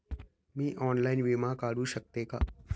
मी online विमा काढू शकते का?